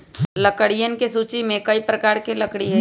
लकड़ियन के सूची में कई प्रकार के लकड़ी हई